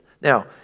Now